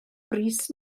brys